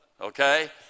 Okay